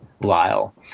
Lyle